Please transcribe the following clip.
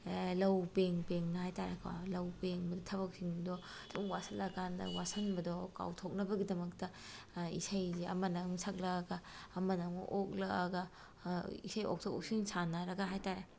ꯂꯧ ꯄꯦꯡ ꯄꯦꯡꯅ ꯍꯥꯏꯇꯥꯔꯦꯀꯣ ꯂꯧ ꯄꯦꯡꯕꯗ ꯊꯕꯛꯁꯤꯡꯗꯣ ꯁꯨꯝ ꯋꯥꯁꯤꯜꯂꯛꯑꯀꯥꯟꯗ ꯋꯥꯁꯤꯟꯕꯗꯣ ꯀꯥꯎꯊꯣꯛꯅꯕꯒꯤꯗꯃꯛ ꯏꯁꯩꯁꯦ ꯑꯃꯅ ꯑꯃ ꯁꯛꯂꯛꯂꯒ ꯑꯃꯅ ꯑꯃ ꯑꯣꯛꯂꯛꯂꯒ ꯏꯁꯩ ꯑꯣꯛꯊꯣꯛ ꯑꯣꯛꯁꯤꯟ ꯁꯥꯟꯅꯔꯒ ꯍꯥꯏꯇꯥꯔꯦ